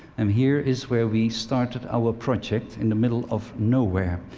um here is where we started our project in the middle of nowhere.